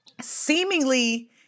seemingly